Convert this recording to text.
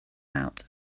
out